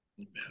Amen